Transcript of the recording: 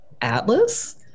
Atlas